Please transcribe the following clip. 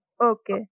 Okay